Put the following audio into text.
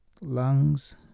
lungs